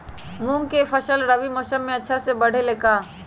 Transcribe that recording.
मूंग के फसल रबी मौसम में अच्छा से बढ़ ले का?